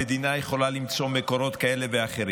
המדינה יכולה למצוא מקורות כאלה ואחרים.